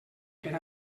per